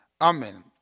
Amen